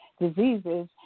diseases